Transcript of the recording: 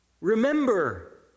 Remember